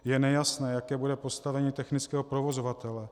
Je nejasné, jaké bude postavení technického provozovatele.